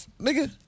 nigga